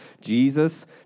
Jesus